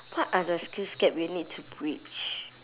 what are the skills gap you need to bridge